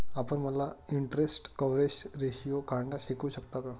आपण मला interest coverage ratio काढण्यास शिकवू शकता का?